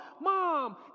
mom